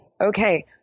okay